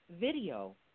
video